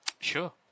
Sure